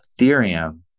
Ethereum